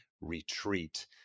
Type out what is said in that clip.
retreat